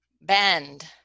bend